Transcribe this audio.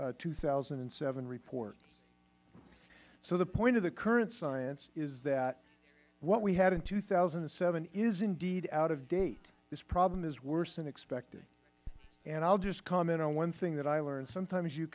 c two thousand and seven report so the point of the current science is that what we had in two thousand and seven is indeed out of date this problem is worse than expected and i will just comment on one thing that i learned